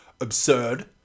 absurd